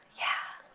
yeah.